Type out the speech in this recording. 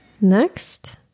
next